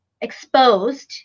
exposed